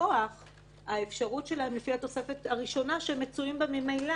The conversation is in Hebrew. מכוח האפשרות שלהם לפי התוספת הראשונה שהם מצויים בה ממילא.